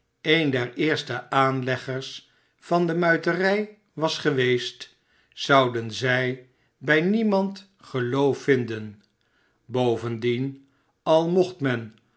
een der eerste aanleggers van de muiterij was geweest zouden zij bij niemand geloof vinden bovendien al mocht men